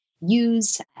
use